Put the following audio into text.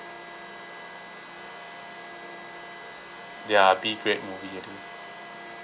they are B grade movie I think